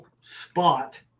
spot